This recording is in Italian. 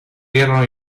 erano